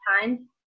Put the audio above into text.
time